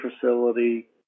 facility